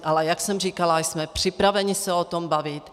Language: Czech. Ale jak jsem říkala, jsme připraveni se o tom bavit.